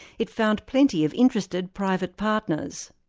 it found plenty of interested private partners.